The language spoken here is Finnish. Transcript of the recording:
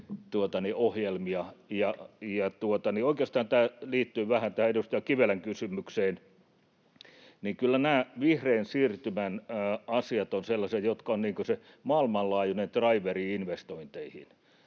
liittyy vähän tähän edustaja Kivelän kysymykseen. Kyllä nämä vihreän siirtymän asiat ovat sellaisia, jotka ovat se maailmanlaajuinen draiveri investointeihin.